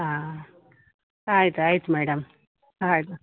ಹಾಂ ಆಯಿತು ಆಯ್ತು ಮೇಡಮ್ ಹಾಂ ಆಯಿತು